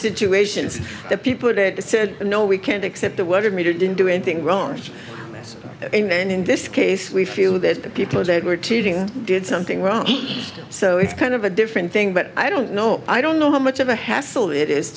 situations and the people at it said no we can't accept the word of media didn't do anything wrong and in this case we feel that the people that were teaching did something wrong so it's kind of a different thing but i don't know i don't know how much of a hassle it is